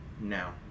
Now